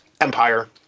Empire